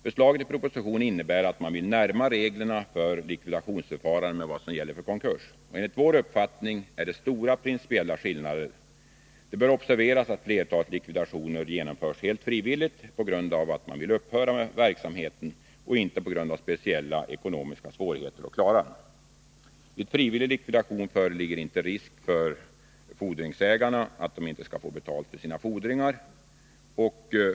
Förslaget i propositionen innebär att man vill närma reglerna rörande likvidationsförfarandet till dem som gäller vid konkurs. Enligt vår uppfattning föreligger här stora principiella skillnader. Det bör observeras att flertalet likvidationer genomförs frivilligt på grund av att man vill upphöra med verksamheten och inte till följd av svårigheter att klara bolagets ekonomi. Vid frivillig likvidation föreligger inte risk för att fordringsägarna inte skall komma att få betalt för sina fordringar.